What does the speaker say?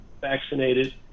vaccinated